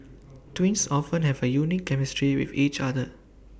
twins often have A unique chemistry with each other